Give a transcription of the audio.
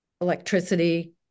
electricity